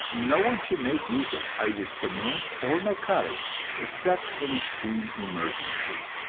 no one should make use of either stimulants or narcotics except in extreme emergency,